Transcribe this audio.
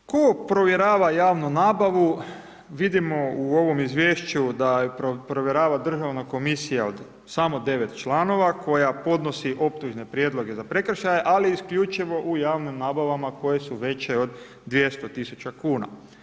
Tko provjerava javnu nabavu, vidimo u ovom izvješću da je provjerava državna komisija od samo 9 članova koja podnosi optužne prijedloge za prekršaje ali isključivo u javnim nabavama koje su veće od 200 tisuća kuna.